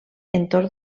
entorn